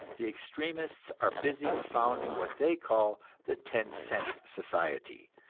the extremists are busy founding what they call the ten-cent society,